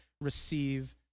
receive